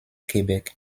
québec